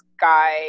guy